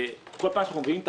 כל פעם שאנחנו מביאים תקנות,